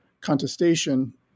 contestation